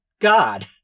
god